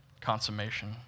consummation